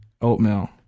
Oatmeal